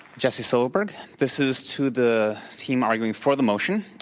jesse silburg. this is to the team arguing for the motion.